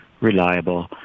reliable